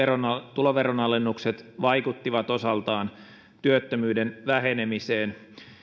tuloveronalennukset vaikuttivat osaltaan työttömyyden vähenemiseen